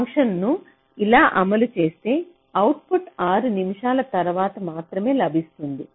ఈ ఫంక్షన్ను ఇలా అమలు చేస్తే అవుట్పుట్ 6 నిమిషాల తర్వాత మాత్రమే లభిస్తుంది